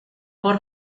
por